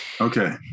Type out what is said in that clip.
Okay